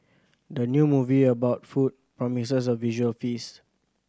the new movie about food promises a visual feast